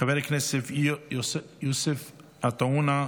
חבר הכנסת יוסף עטאונה,